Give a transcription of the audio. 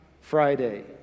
Friday